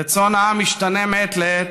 רצון העם משתנה מעת לעת,